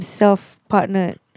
self-partnered